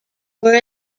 were